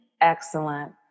Excellent